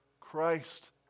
Christ